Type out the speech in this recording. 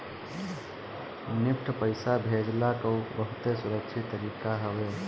NEFT पईसा भेजला कअ बहुते सुरक्षित तरीका हवे